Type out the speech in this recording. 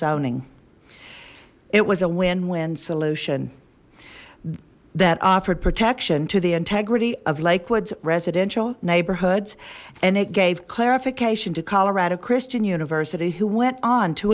zoning it was a win win solution that offered protection to the integrity of lake woods residential neighborhoods and it gave clarification to colorado christian university who went on to